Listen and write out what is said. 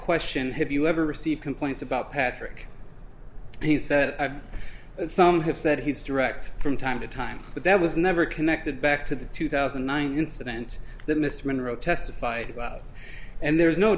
question have you ever received complaints about patrick he said i've some have said he's direct from time to time but that was never connected back to the two thousand and nine incident that mr monroe testified and there's no